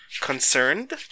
concerned